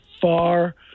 far